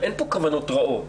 אין פה כוונות רעות,